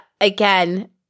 again